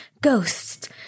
ghosts